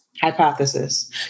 hypothesis